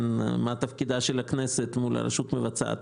מה תפקידה של הכנסת מול הרשות המבצעת",